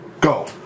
go